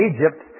Egypt